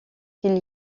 qu’il